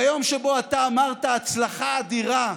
ביום שבו אתה אמרת "הצלחה אדירה"